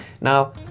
Now